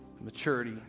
maturity